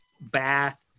bath